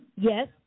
Yes